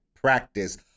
practice